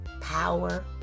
power